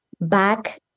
back